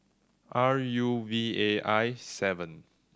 R U V A I seven